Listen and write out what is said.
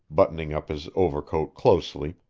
buttoning up his overcoat closely,